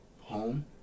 Home